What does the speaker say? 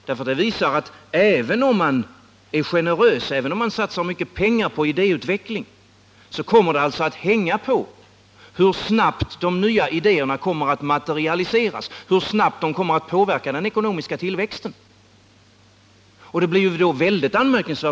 Det visar att även om man är generös, även om man satsar mycket pengar på idéutveckling, kommer det att hänga på hur snabbt de nya idéerna materialiseras, hur snabbt de påverkar den ekonomiska tillväxten.